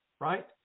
right